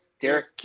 Derek